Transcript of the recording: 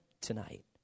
tonight